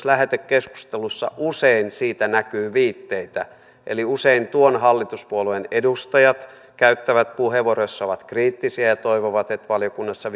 lähetekeskustelussa usein siitä näkyy viitteitä eli usein tuon hallituspuolueen edustajat käyttävät puheenvuoroja joissa ovat kriittisiä ja toivovat että valiokunnassa